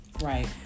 Right